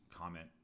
comment